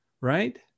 right